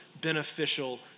beneficial